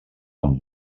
amb